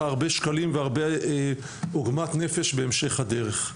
הרבה שקלים והרבה עוגמת נפש בהמשך הדרך.